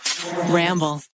Ramble